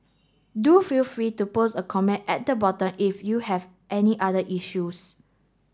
do feel free to post a comment at the bottom if you have any other issues